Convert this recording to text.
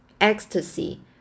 ecstasy